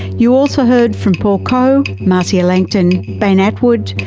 you also heard from paul coe, marcia langton, bain attwood,